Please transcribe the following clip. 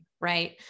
right